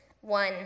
one